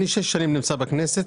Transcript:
שש שנים אני נמצא בכנסת,